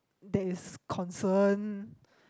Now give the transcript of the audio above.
that is concern